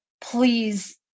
please